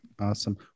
Awesome